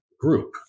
group